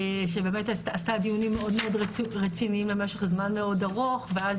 שבאמת עשתה דיונים מאוד רציניים למשך זמן מאוד ארוך ואז